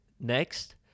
Next